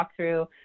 walkthrough